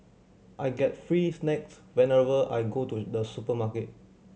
I get free snacks whenever I go to the supermarket